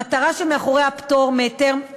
המטרה של מתן הפטור מהיתר